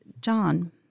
John